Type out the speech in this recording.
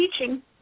teaching